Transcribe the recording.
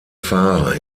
fahrer